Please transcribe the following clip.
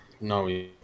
No